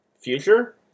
Future